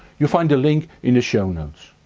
you find the link in the show notes.